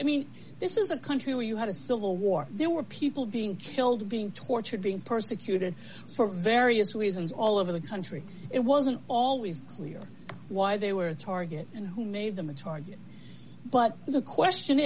i mean this is a country where you have a civil war there were people being killed being tortured being persecuted for various reasons all over the country it wasn't always clear why they were a target and who made them a target but the question